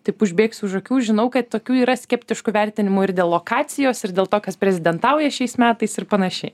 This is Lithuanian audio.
taip užbėgsiu už akių žinau kad tokių yra skeptiškų vertinimų ir dėl lokacijos ir dėl to kas prezidentauja šiais metais ir panašiai